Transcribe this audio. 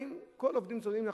את כל נושא העובדים הזרים,